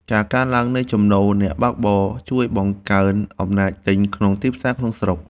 ការកើនឡើងនៃចំណូលអ្នកបើកបរ ជួយបង្កើនអំណាចទិញក្នុងទីផ្សារក្នុងស្រុក។